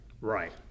Right